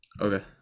Okay